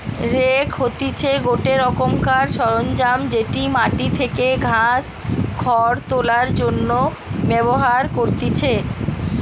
rake হতিছে গটে রোকমকার সরঞ্জাম যেটি মাটি থেকে ঘাস, খড় তোলার জন্য ব্যবহার করতিছে